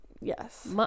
yes